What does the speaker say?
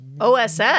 OSS